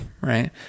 right